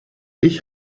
ich